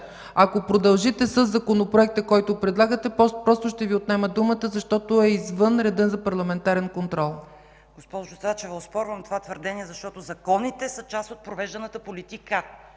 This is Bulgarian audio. Ако продължите със Законопроекта, който предлагате, просто ще Ви отнема думата, защото е извън реда за парламентарен контрол. КОРНЕЛИЯ НИНОВА: Госпожо Цачева, оспорвам това твърдение, защото законите са част от провежданата политика,